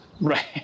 Right